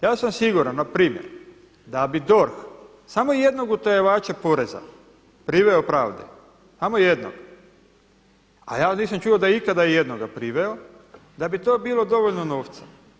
Ja sam siguran npr. da bi DORH samo jednog utajivača poreza priveo pravde, samo jednog, a ja nisam čuo da je ikada ijednoga priveo, da bi to bilo dovoljno novca.